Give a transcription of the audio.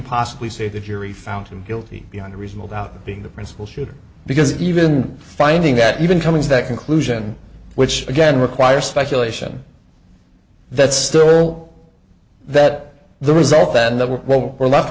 possibly say that you're a found him guilty beyond a reasonable doubt being the principal shooter because even finding that even coming to that conclusion which again require speculation that's still that the result then the well we're left